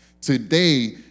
Today